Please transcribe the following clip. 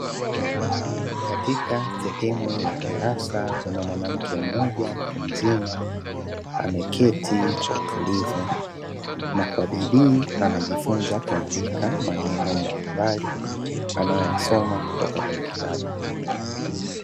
Katika sehemu ya darasa kuna mwanamke mmoja mtu mzima ameketi kwa utulivu na kwa bidii anajifunza kuandika maneno mbalimbali anayoyasoma kutoka kwenye kitabu.